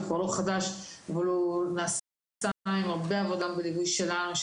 הוא כבר לא חדש אבל הוא נעשה עם הרבה עבודה גם בליווי שלנו,